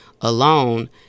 alone